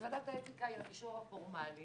אז ועדת האתיקה היא המישור הפורמאלי,